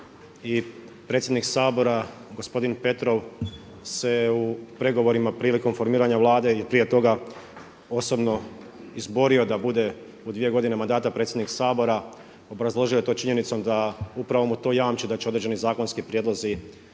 i predsjednik Sabora gospodin Petrov se u pregovorima prilikom formiranja Vlade i prije toga osobno izborio da bude u dvije godine mandata predsjednik Sabora. Obrazložio je to činjenicom da upravo mu to jamči da će određeni zakonski prijedlozi